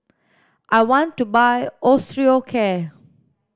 I want to buy Osteocare